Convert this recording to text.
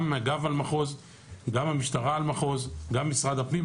גם מג"ב, גם המשטרה, גם משרד הפנים.